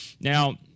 Now